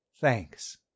Thanks